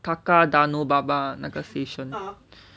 hakka dano baba 那个 station